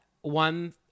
one